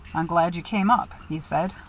i'm glad you came up, he said.